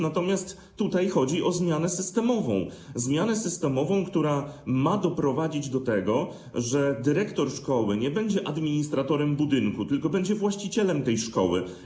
Natomiast tutaj chodzi o zmianę systemową, która ma doprowadzić do tego, że dyrektor szkoły nie będzie administratorem budynku, tylko będzie właścicielem szkoły.